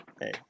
hey